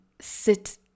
sit